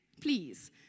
Please